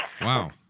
Wow